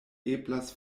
eblas